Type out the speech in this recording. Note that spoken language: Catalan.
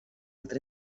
altra